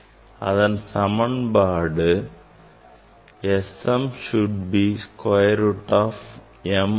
அதன் சமன்பாடு S m should be square root of m